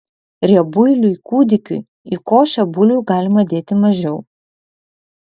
riebuiliui kūdikiui į košę bulvių galima dėti mažiau